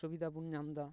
ᱥᱩᱵᱤᱫᱟ ᱵᱚᱱ ᱧᱟᱢ ᱮᱫᱟ